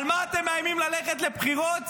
על מה אתם מאיימים ללכת לבחירות?